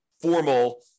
formal